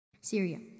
Syria